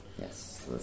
Yes